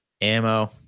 Ammo